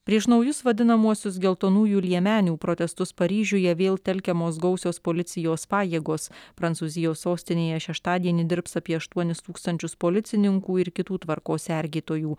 prieš naujus vadinamuosius geltonųjų liemenių protestus paryžiuje vėl telkiamos gausios policijos pajėgos prancūzijos sostinėje šeštadienį dirbs apie aštuonis tūkstančius policininkų ir kitų tvarkos sergėtojų